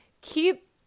Keep